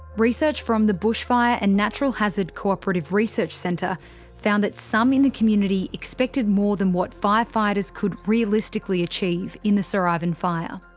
research from the bushfire and natural hazard cooperative research centre found that some in the community expected more than what firefighters could realistically achieve in the sir ivan fire.